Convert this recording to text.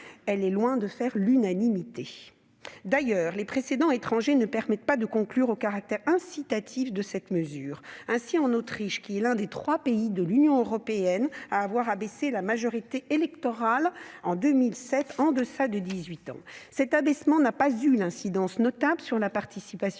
elle est loin de faire l'unanimité. D'ailleurs, les précédents étrangers ne permettent pas de conclure au caractère incitatif de cette mesure. Ainsi, en Autriche, qui est l'un des trois seuls pays de l'Union européenne à avoir abaissé la majorité électorale en 2007 en deçà de 18 ans, cet abaissement n'a pas eu d'incidence notable sur la participation